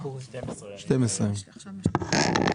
12 ימים.